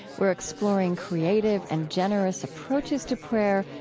we're exploring creative and generous approaches to prayer,